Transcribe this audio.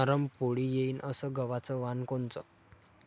नरम पोळी येईन अस गवाचं वान कोनचं?